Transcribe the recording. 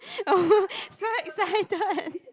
so excited